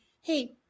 hey